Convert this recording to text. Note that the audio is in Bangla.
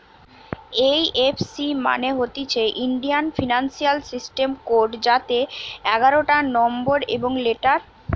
এই এফ সি মানে হতিছে ইন্ডিয়ান ফিনান্সিয়াল সিস্টেম কোড যাতে এগারটা নম্বর এবং লেটার থাকে